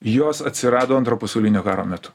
jos atsirado antro pasaulinio karo metu